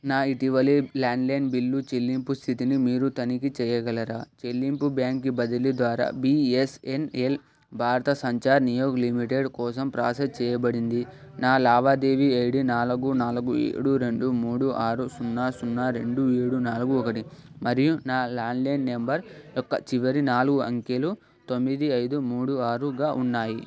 నా ఇటీవలి landline bill చెల్లింపు స్థితిని మీరు తనిఖీ చెయ్యగలరా చెల్లింపు బ్యాంక్కి బదిలీ ద్వారా బిఎస్ఎన్ఎల్ భారత సంచార్ నిగమ్ లిమిటెడ్ కోసం ప్రాసెస్ చెయ్యబడింది నా లావాదేవీ ఐడి నాలుగు నాలుగు ఏడు రెండు మూడు ఆరు సున్నా సున్నా రెండు ఏడు నాలుగు ఒకటి మరియు నా ల్యాండ్లైన్ నంబర్ యొక్క చివరి నాలుగు అంకెలు తొమ్మిది ఐదు మూడు ఆరుగా ఉన్నాయి